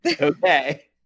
Okay